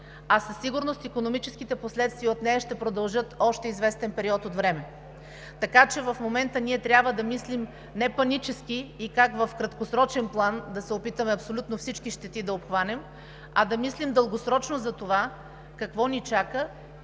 а със сигурност икономическите последствия от нея ще продължат още известен период от време. В момента ние трябва да мислим не панически и как в краткосрочен план да се опитаме да обхванем абсолютно всички щети, а да мислим дългосрочно за това какво ни чака